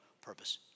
purpose